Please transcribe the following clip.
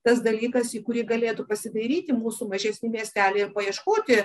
tas dalykas į kurį galėtų pasidairyti mūsų mažesni miesteliai ir paieškoti